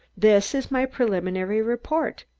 this is my preliminary report.